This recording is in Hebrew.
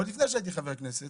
עוד לפני שהייתי חבר כנסת,